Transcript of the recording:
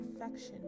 perfection